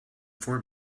for